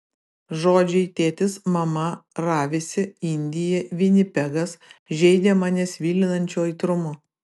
žodžiai tėtis mama ravisi indija vinipegas žeidė mane svilinančiu aitrumu